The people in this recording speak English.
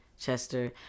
Chester